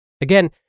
Again